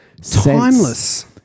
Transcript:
timeless